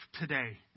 today